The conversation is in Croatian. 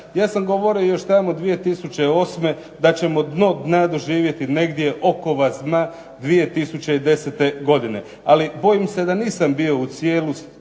Ja sam govorio još 2008. da ćemo dno dna doživjeti negdje oko 2010. godine ali bojim se da nisam bio u cijelosti